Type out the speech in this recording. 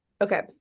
okay